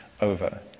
over